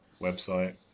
website